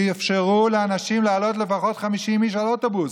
תאפשרו לאנשים לעלות לפחות 50 איש על אוטובוס.